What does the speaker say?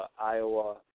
Iowa